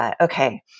Okay